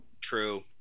True